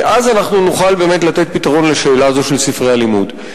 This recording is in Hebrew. אז אנחנו נוכל באמת לתת פתרון לשאלה הזאת של ספרי הלימוד.